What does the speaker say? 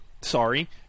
sorry –